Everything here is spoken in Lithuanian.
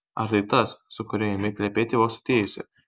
ar tai tas su kuriuo ėmei plepėti vos atėjusi